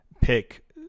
pick